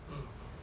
mm mm